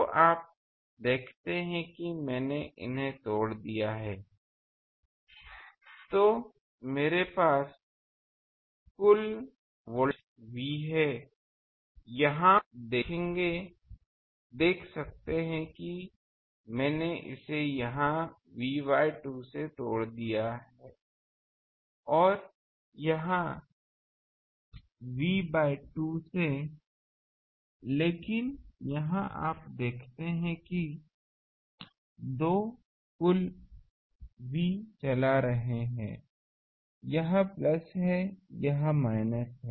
तो आप देखते हैं कि मैंने इन्हें तोड़ दिया है मेरे पास कुल वोल्टेज V है यहाँ आप देख सकते हैं कि मैंने इसे यहाँ V2 से तोड़ दिया है और यहाँ V बाय 2 से लेकिन यहाँ आप देखते हैं कि ये दो कुल V चला रहे हैं यह प्लस है यह माइनस है